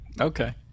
Okay